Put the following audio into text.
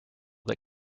that